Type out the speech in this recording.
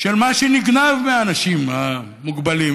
של מה שנגנב מהאנשים המוגבלים.